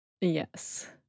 Yes